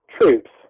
troops